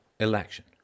election